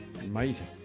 Amazing